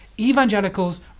Evangelicals